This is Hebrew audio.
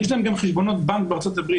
יש להם גם חשבונות בנק בארצות-הברית,